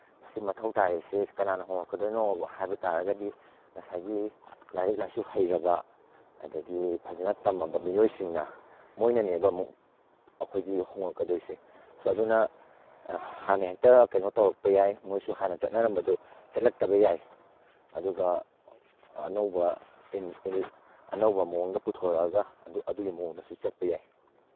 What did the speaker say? ꯁꯤ ꯃꯊꯧ ꯇꯥꯔꯤꯁꯤ ꯀꯅꯥꯅ ꯍꯣꯡꯉꯛꯀꯗꯣꯏꯅꯣꯕ ꯍꯥꯏꯕ ꯇꯥꯔꯒꯗꯤ ꯉꯁꯥꯏꯒꯤ ꯂꯥꯏꯔꯤꯛ ꯂꯥꯏꯁꯨ ꯍꯩꯔꯕ ꯑꯗꯒꯤ ꯐꯖꯅ ꯇꯝꯃꯕ ꯃꯤꯑꯣꯏꯁꯤꯡꯅ ꯃꯣꯏꯅꯅꯦꯕ ꯑꯃꯨꯛ ꯑꯩꯈꯣꯏꯒꯤ ꯍꯣꯡꯉꯛꯀꯗꯣꯏꯁꯦ ꯁꯣ ꯑꯗꯨꯅ ꯍꯥꯟꯅ ꯍꯦꯛꯇ ꯀꯩꯅꯣ ꯇꯧꯔꯛꯄ ꯌꯥꯏ ꯃꯣꯏꯁꯨ ꯍꯥꯟꯅ ꯆꯠꯅꯔꯝꯕꯗꯨ ꯆꯠꯂꯛꯇꯕ ꯌꯥꯏ ꯑꯗꯨꯒ ꯑꯅꯧꯕ ꯑꯅꯧꯕ ꯃꯑꯣꯡꯗ ꯄꯨꯊꯣꯔꯛꯑꯒ ꯑꯗꯨ ꯑꯗꯨꯒꯤ ꯃꯑꯣꯡꯗꯁꯨ ꯆꯠꯄ ꯌꯥꯏ